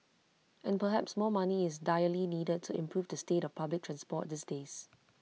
and perhaps more money is direly needed to improve the state of public transport these days